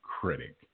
critic